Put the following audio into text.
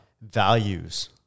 Values